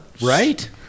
right